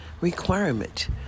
requirement